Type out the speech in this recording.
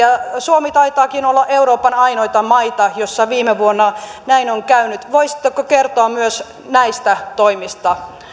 suomi taitaakin olla euroopan ainoita maita joissa viime vuonna näin on käynyt voisitteko kertoa myös näistä toimista